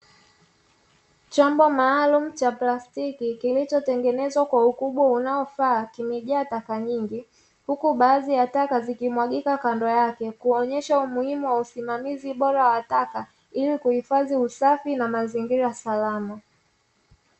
Chombo maalumu cha plastiki kilicho tengenezwa kwa ukubwa unaofaa kimejaa taka nyingi, huku baadhi ya taka zikimwagika kando yake, kuonyesha umuhimu wa usimamizi bora wa taka, ili kuhifadhi usafi na mazingira salama.